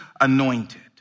anointed